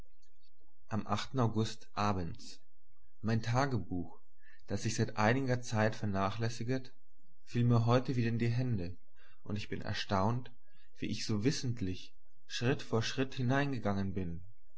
ginge wohl abends mein tagebuch das ich seit einiger zeit vernachlässiget fiel mir heut wieder in die hände und ich bin erstaunt wie ich so wissentlich in das alles schritt vor schritt hineingegangen bin